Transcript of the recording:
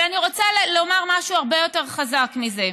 אבל אני רוצה להגיד משהו הרבה יותר חזק מזה,